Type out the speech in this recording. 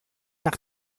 nach